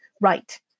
right